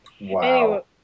Wow